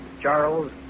Charles